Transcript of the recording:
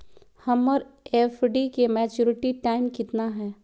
हमर एफ.डी के maturity time कितना है?